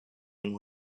and